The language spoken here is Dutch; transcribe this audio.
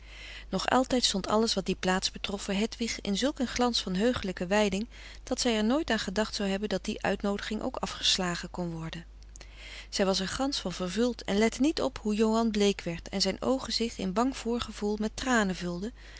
nog altijd stond alles wat die plaats betrof voor hedwig in zulk een glans van heugelijke wijding dat zij er nooit aan gedacht zou hebben dat die uitnoodiging ook afgeslagen kon worden zij was er gansch van vervuld en lette niet op hoe johan bleek werd en zijn oogen zich in bang voorgevoel met tranen vulden